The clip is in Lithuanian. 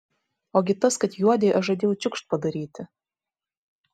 ogi tas kad juodei aš žadėjau čikšt padaryti